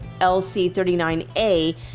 LC-39A